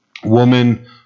Woman